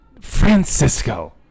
Francisco